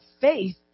faith